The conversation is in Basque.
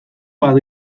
bat